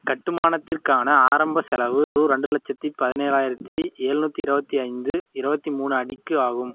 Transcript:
கட்டுமானத்திற்கான ஆரம்ப செலவு ரூபா ரெண்டு லட்சத்து பதினேழாயிரத்தி எழ்நூத்தி இருபத்தி ஐந்து இருபத்தி மூணு அடிக்கு ஆகும்